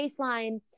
baseline